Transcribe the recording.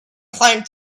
climbed